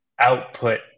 output